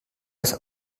aus